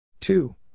Two